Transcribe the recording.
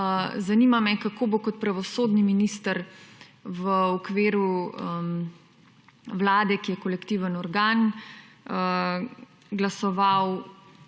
Zanima me kako bo kot pravosodni minister v okviru Vlade, ki je kolektiven organ, glasoval